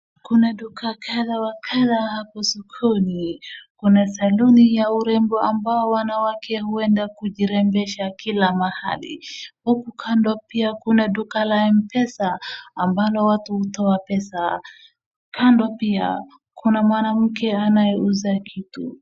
Kuna duka kadhaa wa kadhaa hapo sokoni, kuna saluni ya urembo ambayo wanawake huenda kujirembesha kila mahali, huku kando pia kuna duka la mpesa ambalo watu hutoa pesa. Kando pia kuna mwanamke anayeuza kitu.